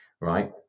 right